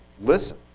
listen